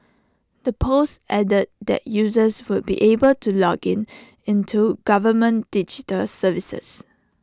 the post added that users would be able to log into government digital services